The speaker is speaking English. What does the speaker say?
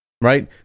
right